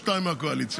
שניים מהקואליציה.